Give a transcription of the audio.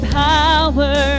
power